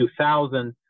2000